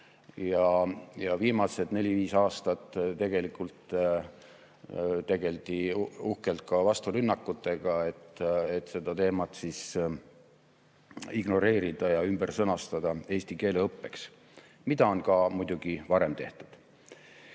Viimased neli-viis aastat tegeleti uhkelt ka vasturünnakutega, et seda teemat ignoreerida ja ümber sõnastada eesti keele õppeks, mida on muidugi ka varem tehtud.